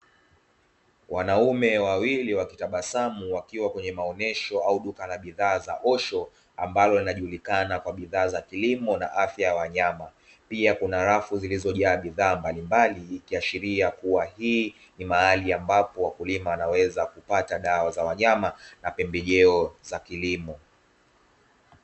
Wanaume wawili wakitabasamu wakiwa kwenye maonyesho au duka la bidhaa za osho ambalo, linajulikana kwa bidhaa za kilimo na afya ya wanyama pia kuna rafu zilizojaa bidhaa mbalimbali ikiashiria kuwa hii ni mahali ambapo wakulima wanaweza kupata dawa za wanyama na pembejeo za kilimo.